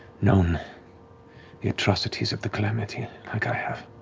known the atrocities of the calamity like i have.